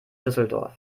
düsseldorf